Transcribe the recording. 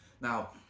Now